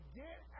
get